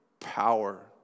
power